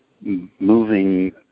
moving